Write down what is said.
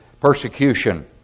persecution